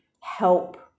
help